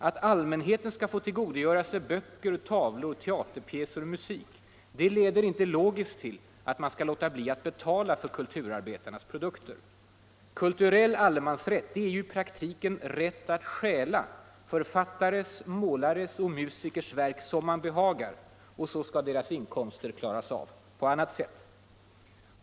Att allmänheten skall få tillgodogöra sig böcker, tavlor, teaterpjäser och musik leder inte logiskt till att man skall låta bli att betala för kulturarbetarnas produkter. ”Kulturell allemansrätt” är ju i praktiken rätt att stjäla författares, målares och musikers verk som man behagar — och så skall deras inkomster klaras av på annat sätt.